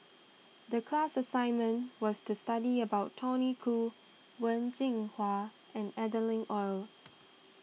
the class assignment was to study about Tony Khoo Wen Jinhua and Adeline Ooi